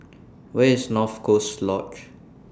Where IS North Coast Lodge